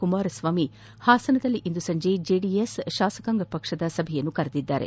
ಕುಮಾರ ಸ್ವಾಮಿ ಪಾಸನದಲ್ಲಿಂದು ಸಂಜೆ ಜೆಡಿಎಸ್ ಶಾಸಕಾಂಗ ಪಕ್ಷದ ಸಭೆ ಕರೆದಿದ್ದಾರೆ